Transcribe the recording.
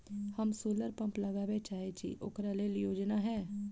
हम solar pump लगाबै चाहय छी ओकरा लेल योजना हय?